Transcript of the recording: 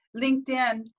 LinkedIn